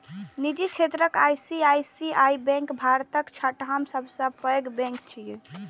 निजी क्षेत्रक ICICI bank भारतक छठम सबसं पैघ बैंक छियै